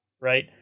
right